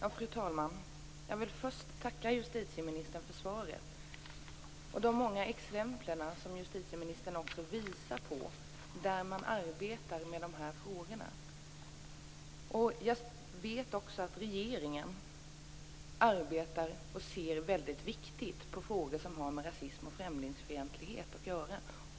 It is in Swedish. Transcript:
Fru talman! Jag vill först tacka justitieministern för svaret och för justitieministerns många exempel som visar på att man arbetar med dessa frågor. Jag vet att regeringen arbetar med och ser mycket allvarligt på frågor som har med rasism och främlingsfientlighet att göra.